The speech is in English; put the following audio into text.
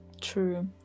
True